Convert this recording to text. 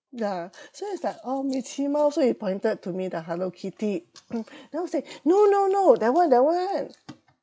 ya so it's like oh 米奇猫 so he pointed to me the hello kitty then I was like no no no that one that one